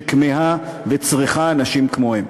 שכמהה וצריכה אנשים כמוהם.